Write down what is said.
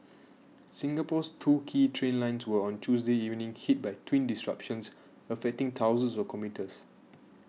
Singapore's two key train lines were on Tuesday evening hit by twin disruptions affecting thousands of commuters